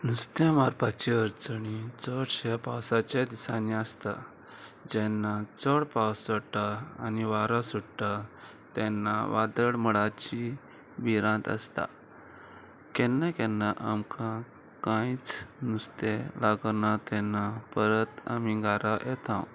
नुस्तें मारपाची अडचणी चडशे पावसाच्या दिसांनी आसता जेन्ना चड पावस चडटा आनी वारा सुट्टा तेन्ना वादड मडाची बिरांत आसता केन्ना केन्ना आमकां कांयच नुस्तें लागना तेन्ना परत आमी घारां येता